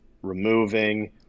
removing